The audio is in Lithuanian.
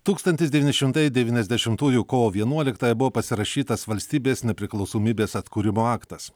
tūkstantis devyni šimtai devyniasdešimtųjų kovo vienuoliktąją buvo pasirašytas valstybės nepriklausomybės atkūrimo aktas